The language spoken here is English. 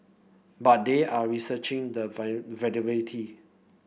but they are researching the viability